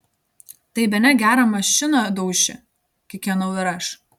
tai bene gerą mašiną dauši kikenau ir aš